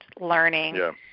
learning